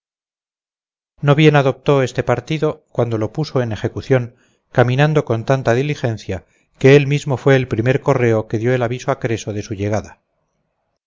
no bien adoptó este partido cuando lo puso en ejecución caminando con tanta diligencia que él mismo fue el primer correo que dio el aviso a creso de su llegada